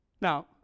Now